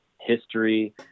history